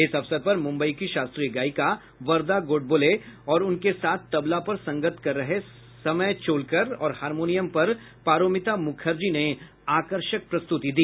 इस अवसर पर मुम्बई की शास्त्रीय गायिका वरदा गोडबोले और उनके साथ तबला पर संगत कर रहे समय चोलकर और हारमोनियम पर पारोमिता मुखर्जी ने आकर्षक प्रस्तुति की